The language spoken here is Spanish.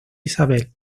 isabel